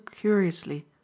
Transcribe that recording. curiously